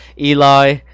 Eli